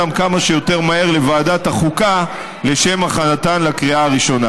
אותן כמה שיותר מהר לוועדת החוקה לשם הכנתן לקריאה הראשונה.